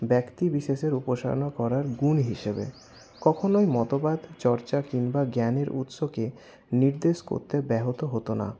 ব্যক্তিবিশেষের উপসনা করার গুণ হিসেবে কখনোই মতবাদচর্চা কিংবা জ্ঞানের উৎসকে নির্দেশ করতে ব্যাহত হতো না